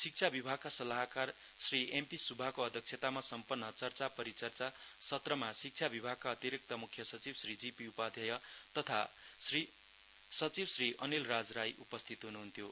शिक्षा विभागका सल्लाहकार श्री एमपी सुब्बाको अध्यक्षतामा सम्पन्न चर्चा परिचर्चा सत्रमा शिक्षा विभागका अतिरिक्त मुख्य सचिव श्री जीपी उपाध्याय तथा श्री अनिलराज राई उपस्थित हुनुहुन्थ्यो